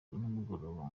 nimugoroba